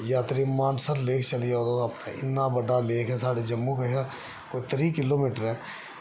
यात्री मानसर लेक चली जाओ तुस अपने इन्ना बड्डा लेक ऐ साढ़े जम्मू कशा कोई त्रीह् किलोमीटर ऐ